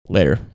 Later